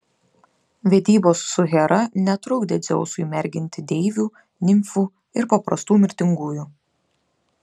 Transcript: vedybos su hera netrukdė dzeusui merginti deivių nimfų ir paprastų mirtingųjų